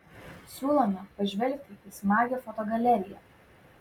siūlome pažvelgti į smagią fotogaleriją